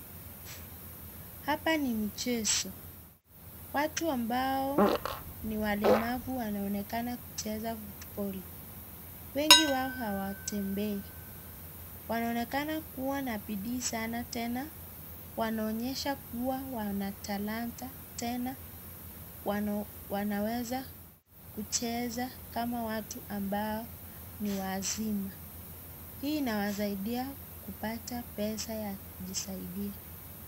Hapa ni michezo , watu ambao ni walemavu wanaonekana kucheza footbali,(css), wengi wao hawatembei , wanaonekana kuwa na bidii sana, tena wanaonyesha kuwa wanatalanda, tena wanaweza kucheza kama watu ambao ni wazima. Hii inawasaidia kupata pesa ya kujisaidia.